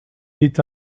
est